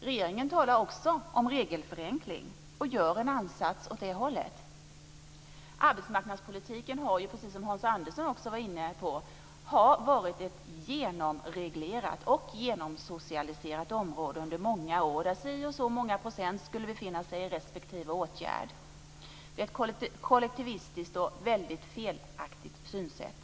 Regeringen talar också om regelförenkling och gör en ansats åt det hållet. Arbetsmarknadspolitiken har ju, som Hans Andersson var inne på, under många år varit ett genomreglerat och genomsocialiserat område där si och så många procent skulle befinna sig i respektive åtgärd. Detta är ett kollektivistiskt och väldigt felaktigt synsätt.